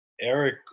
Eric